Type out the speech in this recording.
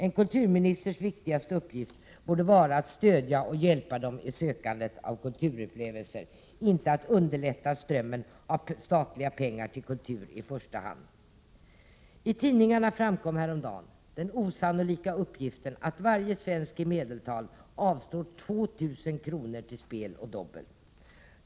En kulturministers viktigaste uppgift borde vara att stödja och hjälpa dem i sökandet av kulturupplevelser, inte att i första hand underlätta strömmen av statliga pengar till kulturen. I tidningarna lämnades häromdagen den osannolika uppgiften att varje svensk i medeltal satsar 2 000 kr. på spel och dobbel.